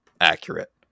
accurate